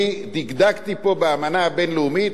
דקדקתי פה באמנה הבין-לאומית,